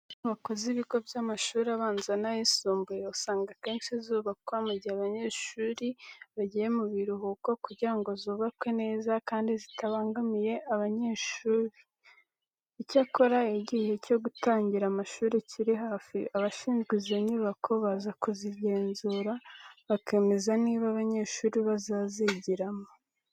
Inyubako z'ibigo by'amashuri abanza n'ayisumbuye usanga akenshi zubakwa mu gihe abanyeshuri bagiye mu biruhuko kugira ngo zubakwe neza kandi zitabangamiye abanyeshuri. Icyakora iyo igihe cyo gutangira amashuri kiri hafi, abashinzwe izo nyubako baza kuzigenzura bakemeza niba abanyeshuri bazazigiramo.